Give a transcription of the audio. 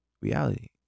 reality